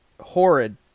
horrid